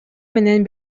менен